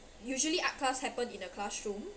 usually art class happen in the classroom